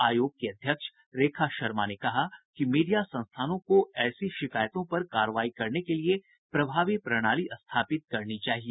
आयोग की अध्यक्ष रेखा शर्मा ने कहा कि मीडिया संस्थानों को ऐसी शिकायतों पर कार्रवाई करने के लिये प्रभावी प्रणाली स्थापित करनी चाहिए